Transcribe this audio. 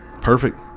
Perfect